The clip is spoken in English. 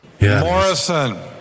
Morrison